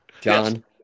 John